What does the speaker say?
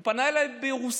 הוא פנה אליי ברוסית.